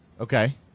Okay